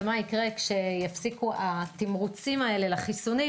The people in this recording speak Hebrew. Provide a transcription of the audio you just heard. מה יקרה כשיפסיקו התמרוצים האלה לחיסונים